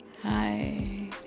Hi